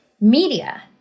Media